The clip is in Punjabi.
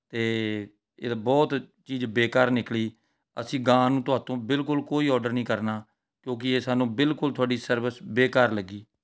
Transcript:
ਅਤੇ ਇਹ ਤਾਂ ਬਹੁਤ ਚੀਜ਼ ਬੇਕਾਰ ਨਿਕਲੀ ਅਸੀਂ ਗਾਹਾਂ ਨੂੰ ਤੁਹਾਡੇ ਤੋਂ ਬਿਲਕੁਲ ਕੋਈ ਆਰਡਰ ਨਹੀਂ ਕਰਨਾ ਕਿਉੰਕਿ ਇਹ ਸਾਨੂੰ ਬਿਲਕੁਲ ਤੁਹਾਡੀ ਸਰਵਿਸ ਬੇਕਾਰ ਲੱਗੀ